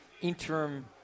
interim